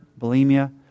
bulimia